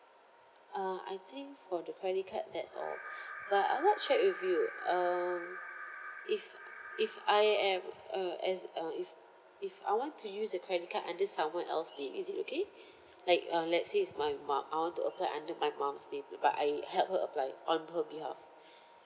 uh I think for the credit card that's all but I would like to check with you um if if I am a as uh if if I want to use the credit card under someone else name is it okay like uh let's say it's my mum I want to apply under my mum's name but I help her apply on her behalf